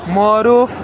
معروٗف